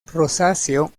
rosáceo